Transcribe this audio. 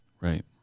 Right